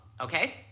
okay